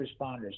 responders